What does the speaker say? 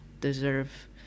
deserve